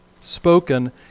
spoken